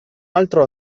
altro